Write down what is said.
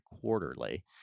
quarterly